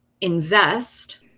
invest